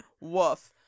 woof